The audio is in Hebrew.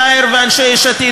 יאיר ואנשי יש עתיד,